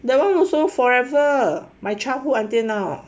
that [one] also forever my childhood until now